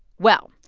well,